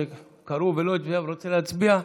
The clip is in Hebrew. שקראו ולא הצביע ורוצה להצביע?